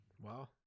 wow